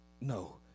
No